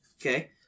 Okay